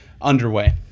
underway